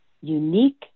unique